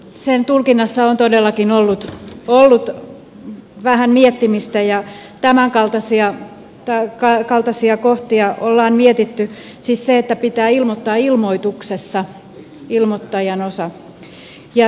sen tulkinnassa on todellakin ollut vähän miettimistä ja tämänkaltaisia kohtia olemme miettineet siis sitä että pitää ilmoittaa ilmoituksessa ilmoittajan osa